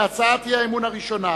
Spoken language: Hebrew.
הצעת האי-אמון הראשונה